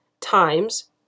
times